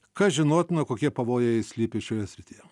kas žinotina kokie pavojai slypi šioje srityje